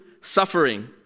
Suffering